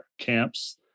camps